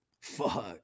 Fuck